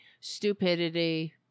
stupidity